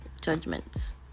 Judgments